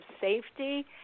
safety